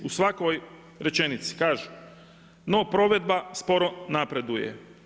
U svakoj rečenici kaže: „No provedba sporo napreduje.